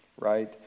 right